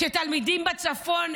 שתלמידים בצפון,